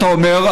אתה אומר,